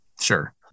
Sure